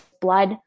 blood